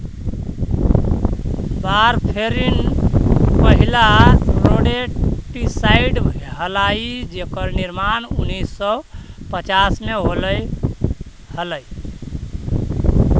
warfarin पहिला rodenticide हलाई जेकर निर्माण उन्नीस सौ पच्चास में होले हलाई